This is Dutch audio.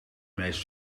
meest